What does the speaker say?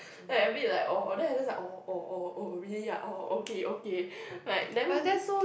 then I a bit like orh then i just like orh orh really ah orh okay okay like then